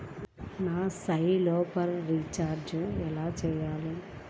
నా సెల్ఫోన్కు రీచార్జ్ ఎలా చేయాలి?